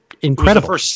incredible